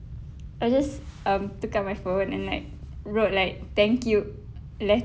I just um took out my phone and like wrote like thank you letters